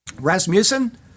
Rasmussen